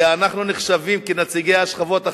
כי אנחנו נחשבים כנציגי השכבות החלשות.